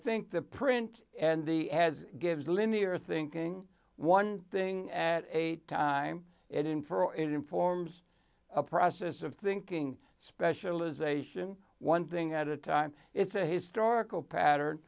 think the print and the has gives linear thinking one thing at a time it infer it informs a process of thinking specialisation one thing at a time it's a historical pattern